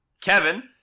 Kevin